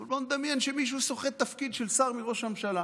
אבל בואו נדמיין שמישהו סוחט תפקיד של שר מראש הממשלה